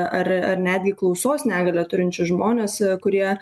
ar ar netgi klausos negalią turinčius žmones kurie